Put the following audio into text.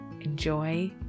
Enjoy